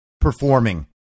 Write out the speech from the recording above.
performing